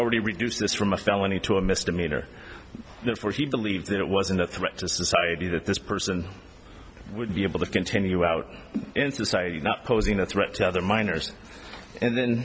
already reduced this from a felony to a misdemeanor therefore he believed that it wasn't a threat to society that this person would be able to continue out in society not posing a threat to other minors and then